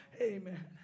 Amen